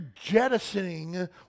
jettisoning